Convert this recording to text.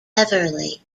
beverly